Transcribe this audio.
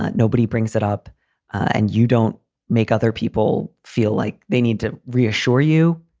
ah nobody brings it up and you don't make other people feel like they need to reassure you.